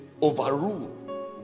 overrule